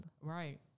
Right